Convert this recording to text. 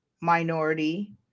minority